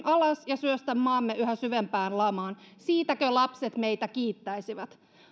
alas ja syöstä maamme yhä syvempään lamaan siitäkö lapset meitä kiittäisivät